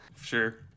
Sure